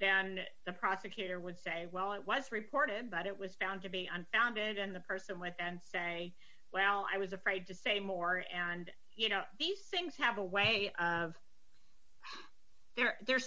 then the prosecutor would say well it was reported but it was found to be unfounded and the person with and say well i was afraid to say more and you know these things have a way of there there are